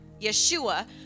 Yeshua